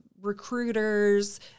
recruiters